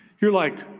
you're like,